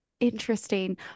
Interesting